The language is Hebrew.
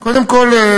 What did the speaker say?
קודם כול,